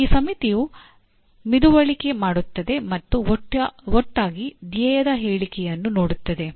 ಈ ಸಮಿತಿಯು ಮಿದುವಳಿಕೆ ಮಾಡುತ್ತದೆ ಮತ್ತು ಒಟ್ಟಾಗಿ ಧ್ಯೇಯದ ಹೇಳಿಕೆಯನ್ನು ನೋಡುತ್ತದೆ